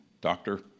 doctor